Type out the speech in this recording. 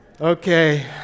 Okay